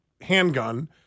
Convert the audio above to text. handgun